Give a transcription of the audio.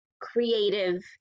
creative